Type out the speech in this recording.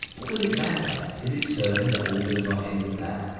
what does it matter? is it certain that all does not end with that?